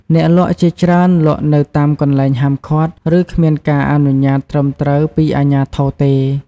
អ្នកលក់ជាច្រើនលក់នៅតាមកន្លែងហាមឃាត់ ឬ គ្មានការអនុញ្ញាតិត្រឹមត្រូវពីអាជ្ញាធរទេ។